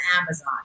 Amazon